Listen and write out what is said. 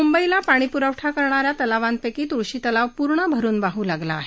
मुंबईला पाणीपुरवठा करणाऱ्या तलावांपैकी तुळशी तलाव पूर्ण भरून वाहू लागला आहे